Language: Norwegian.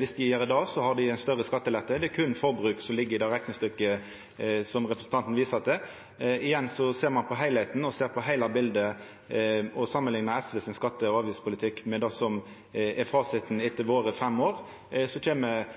Viss dei gjer det, får dei ein større skattelette. Det er berre forbruk som ligg i det reknestykket som representanten viser til. Igjen er det slik at om ein ser på heilskapen og heile biletet og samanliknar SVs skatte- og avgiftspolitikk med det som er fasiten etter våre fem år, kjem